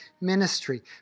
ministry